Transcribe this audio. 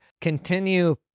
continue